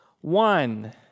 one